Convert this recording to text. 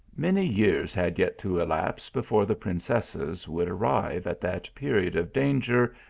many years had yet to elapse before the prin cesses would arrive at that period of danger,